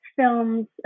films